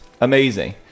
amazing